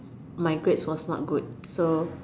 my grades was not good so